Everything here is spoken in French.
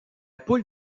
poule